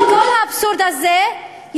כל האבסורד הזה.